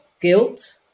guilt